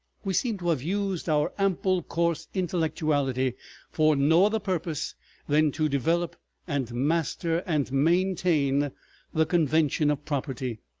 we seem to have used our ample coarse intellectuality for no other purpose than to develop and master and maintain the convention of property,